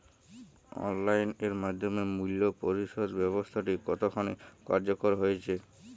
Online এর মাধ্যমে মূল্য পরিশোধ ব্যাবস্থাটি কতখানি কার্যকর হয়েচে?